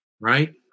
right